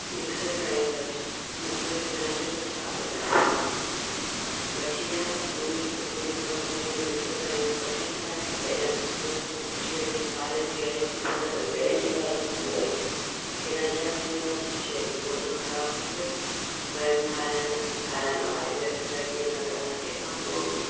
mixer grinder mixer grinder जो छा ॿुधायां वठी आहियमि सुमित स सुमित कंपनी जी मिक्सर ग्राइंडर वठी त आयमि पहिरयां छह महीना खनि सुठी हली साल जी गैरंटी ॾिनियलु हुई गैरंटी वारंटी ॾींदो ई पहिरियों छह अठ महीना सुठी हली पोइ जो ख़राब थी पई वियमि ठारायण ठाहिराइण वारे बि अठ ॾह ॾींहं लॻाया तंहिंखां पोइ बि